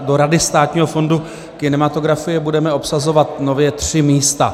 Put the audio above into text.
Do Rady Státního fondu kinematografie budeme obsazovat nově tři místa.